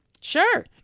Sure